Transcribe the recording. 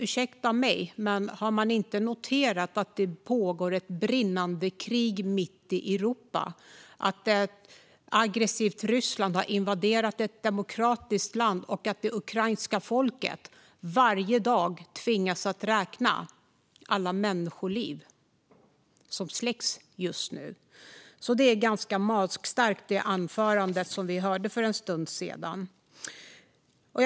Ursäkta mig, men har man inte noterat att det pågår ett brinnande krig mitt i Europa, att ett aggressivt Ryssland har invaderat ett demokratiskt land och att det ukrainska folket varje dag tvingas räkna alla människoliv som just nu släcks? Det anförande vi hörde för en stund sedan var därför ganska magstarkt.